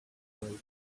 while